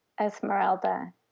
Esmeralda